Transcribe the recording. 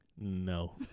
No